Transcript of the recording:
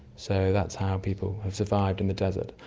so that's how people have survived in the desert.